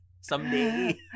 someday